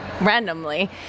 Randomly